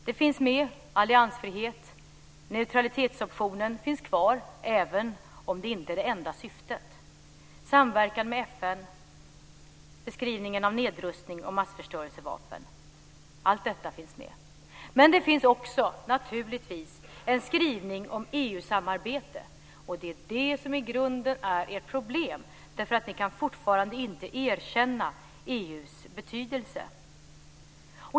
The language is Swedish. Allt finns med: alliansfrihet - neutralitetsoptionen finns kvar, även om det inte är det enda syftet - samverkan med FN, beskrivningen av nedrustning och massförstörelsevapen. Allt detta finns med. Men det finns också, naturligtvis, en skrivning om EU samarbete, och det är det som i grunden är ert problem, därför att ni fortfarande inte kan erkänna EU:s betydelse.